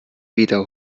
wieder